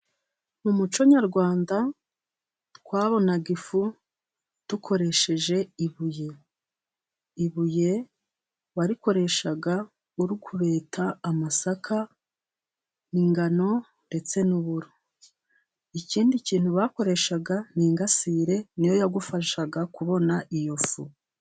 Mu muco nyarwanda twabonaga ifu dukoresheje ibuye. Ibuye warikoreshaga uri kubeta amasaka ningano ndetse n'uburo ikindi kintu bakoreshaga ni igasire niyo yagufashaga kubona ifu.